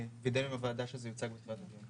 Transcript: אחוז ניכר ממנו הוא שוק שכירות פרטית,